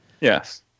Yes